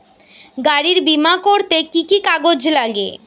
গাড়ীর বিমা করতে কি কি কাগজ লাগে?